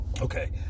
Okay